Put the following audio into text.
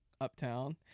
uptown